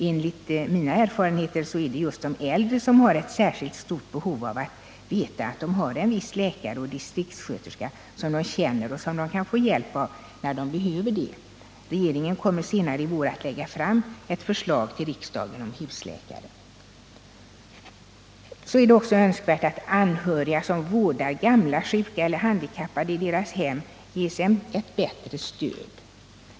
Enligt mina erfarenheter är det just de äldre som har särskilt stort behov av att veta att de har en viss läkare och distriktssköterska som de känner och som de kan få hjälp av när de behöver det. Regeringen kommer senare i vår att lägga fram ett förslag för riksdagen om husläkare. Det är också önskvärt att anhöriga som vårdar gamla, sjuka eller handikappade i deras hem ges ett bättre stöd.